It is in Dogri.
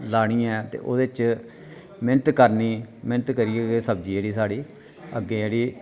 लानी ऐ ते ओह्दे च मेह्नत करनी मेह्नत करियै गै सब्जी जेह्ड़ी साढ़ी अग्गै जेह्ड़ी